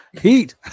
Heat